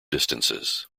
distances